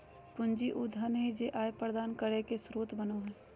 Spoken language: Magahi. पूंजी उ धन हइ जे आय प्रदान करे के स्रोत बनो हइ